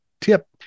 tip